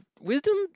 Wisdom